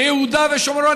ביהודה ושומרון,